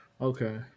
Okay